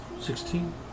Sixteen